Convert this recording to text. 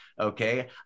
okay